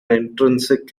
intrinsic